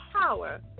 power